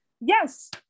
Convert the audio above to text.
Yes